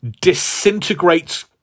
disintegrates